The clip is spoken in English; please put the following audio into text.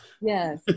Yes